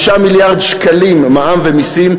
5 מיליארד שקלים מע"מ ומסים,